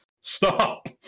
Stop